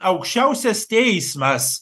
aukščiausias teismas